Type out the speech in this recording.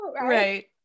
Right